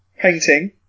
painting